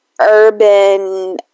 urban